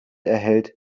erhält